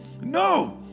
no